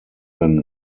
than